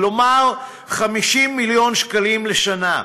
כלומר 50 מיליון שקלים לשנה.